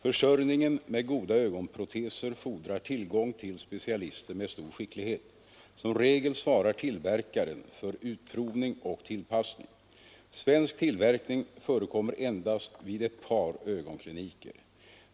Försörjningen med goda ögonproteser fordrar tillgång till specialister med stor skicklighet. Som regel svarar tillverkaren för utprovning och tillpassning. Svensk tillverkning förekommer endast vid ett par ögonkliniker.